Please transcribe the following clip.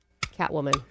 Catwoman